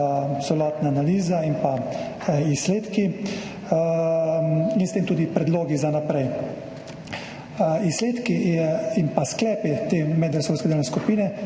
in pa izsledki in s tem tudi predlogi za naprej. Izsledki in pa sklepi te medresorske delovne skupine